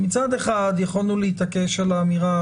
מצד אחד יכולנו להתעקש על האמירה,